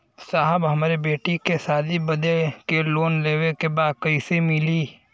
साहब हमरे बेटी के शादी बदे के लोन लेवे के बा कइसे मिलि?